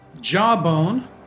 jawbone